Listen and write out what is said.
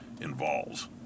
involves